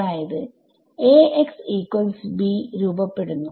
അതായത് Axb രൂപപ്പെടുന്നു